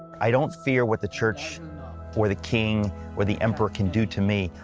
i don't fear what the church or the king or the emperor can do to me.